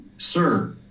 Sir